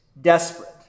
desperate